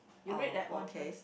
you read that one first